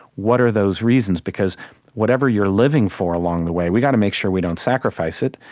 what are those reasons? because whatever you're living for, along the way, we've got to make sure we don't sacrifice it.